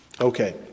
Okay